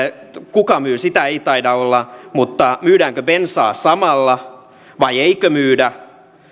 kuka myy sitä ei taida olla mutta myydäänkö bensaa samalla vai eikö myydä